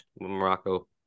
Morocco